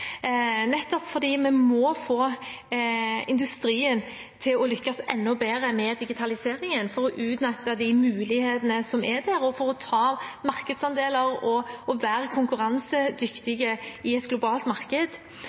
nettopp fordi vi må få industrien til å lykkes enda bedre med digitaliseringen, for å utnytte de mulighetene som er der, og for å ta markedsandeler og være konkurransedyktige i et globalt marked.